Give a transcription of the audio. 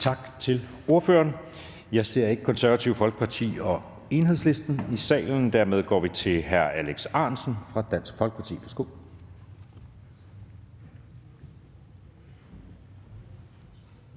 Tak til ordføreren. Jeg ser ikke Det Konservative Folkeparti og Enhedslisten i salen. Dermed går vi til hr. Alex Ahrendtsen fra Dansk Folkeparti.